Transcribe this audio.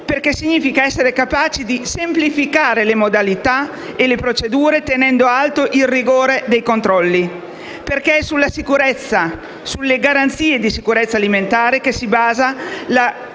significa essere capaci di semplificare le modalità e le procedure tenendo alto il rigore dei controlli; perché è sulla sicurezza, sulle garanzie di sicurezza alimentare che si basa la